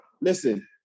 listen